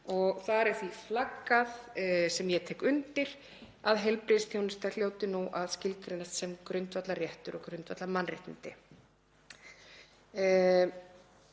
Þar er því flaggað, sem ég tek undir, að heilbrigðisþjónusta hljóti að vera skilgreind sem grundvallarréttur og grundvallarmannréttindi.